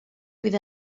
fydd